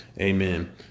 Amen